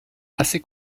assez